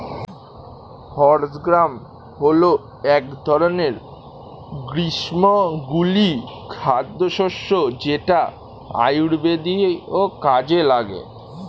horse gram হল এক ধরনের গ্রীষ্মমণ্ডলীয় খাদ্যশস্য যেটা আয়ুর্বেদীয় কাজে লাগে